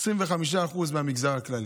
25% מהמגזר הכללי.